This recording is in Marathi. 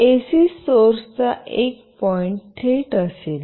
एसी सोर्स चा एक पॉईंट थेट असेल